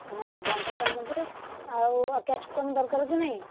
ହଁ ବନ୍ଧାଟା ନେବେ ଆଉ କ୍ୟାପ୍ସିକମ ଦରକାର କି ନାହିଁ